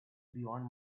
beyond